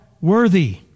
worthy